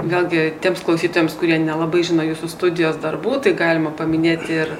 gal gi tiems klausytojams kurie nelabai žino jūsų studijos darbų tai galima paminėti ir